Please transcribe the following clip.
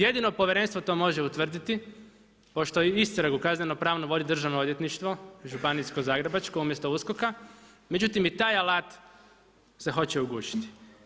Jedino povjerenstvo to može utvrditi pošto istragu kaznenu pravnu vodi Državno odvjetništvo, županijsko zagrebačko, umjesto USKOK-a, međutim i taj alat se hoće ugušiti.